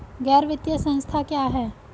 गैर वित्तीय संस्था क्या है?